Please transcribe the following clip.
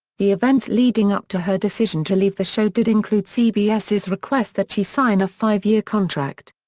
the events leading up to her decision to leave the show did include cbs's request that she sign a five year contract.